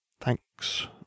Thanks